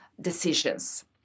decisions